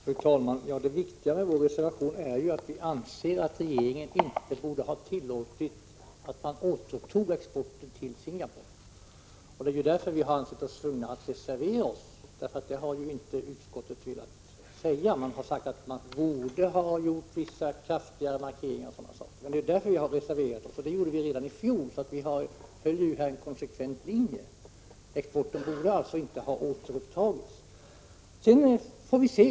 Fru talman! Det viktiga i vår reservation är att vi anser att regeringen inte borde ha tillåtit att exporten till Singapore återupptogs. Det är därför vi har ansett oss tvungna att reservera oss — något sådant uttalande har inte utskottet velat göra; utskottet har bara sagt att man borde ha gjort vissa kraftigare markeringar och liknande. Det är därför vi har reserverat oss, och det gjorde vi redan i fjol, så vi följer här konsekvent en linje. Exporten borde alltså inte ha återupptagits. Sedan får vi se.